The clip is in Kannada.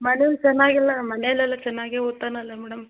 ಮೊದಲು ಚೆನ್ನಾಗಿಲ್ಲ ಮನೇಲೆಲ್ಲ ಚೆನ್ನಾಗೆ ಓದ್ತಾನಲ್ಲ ಮೇಡಮ್